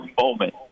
moment